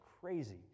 crazy